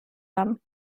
haben